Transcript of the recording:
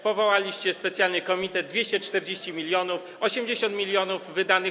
Powołaliście specjalny komitet, 240 mln, 80 mln wydanych.